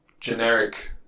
generic